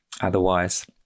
Otherwise